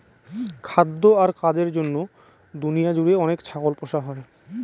খাদ্য আর কাজের জন্য দুনিয়া জুড়ে অনেক ছাগল পোষা হয়